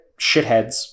shitheads